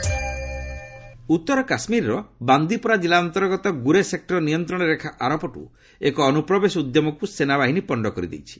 ଗ୍ନରେଜ୍ ଉତ୍ତର କାଶ୍ମୀର ବାନ୍ଧିପୋରା ଜିଲ୍ଲା ଅନ୍ତର୍ଗତ ଗୁରେଜ୍ ସେକ୍ଟର ନିୟନ୍ତ୍ରଣ ରେଖା ଆରପଟ୍ର ଏକ ଅନ୍ତ୍ରପ୍ରବେଶ ଉଦ୍ୟମକ୍ତ ସେନାବାହିନୀ ପଶ୍ଚ କରି ଦେଇଛି